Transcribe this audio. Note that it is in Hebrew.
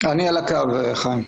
אני על הקו, חיים.